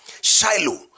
Shiloh